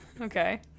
Okay